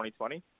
2020